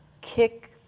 kick